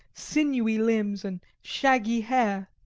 sinewy limbs and shaggy hair.